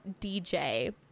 DJ